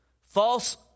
false